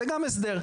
זה גם הסדר.